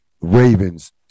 Ravens